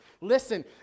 Listen